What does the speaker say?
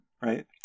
right